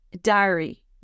diary